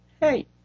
hey